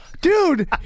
Dude